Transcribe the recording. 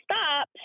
stop